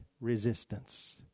resistance